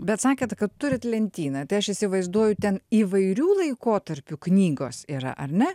bet sakėt kad turit lentyną tai aš įsivaizduoju ten įvairių laikotarpių knygos yra ar ne